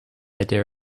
idea